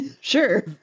sure